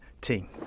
team